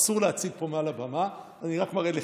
אסור להציג פה מעל הבמה, אני רק מראה לך,